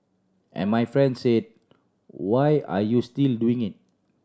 and my friend say why are you still doing it